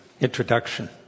introduction